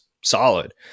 solid